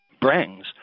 brings